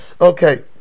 Okay